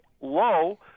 low